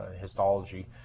histology